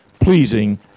pleasing